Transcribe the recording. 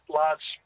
large